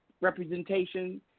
representation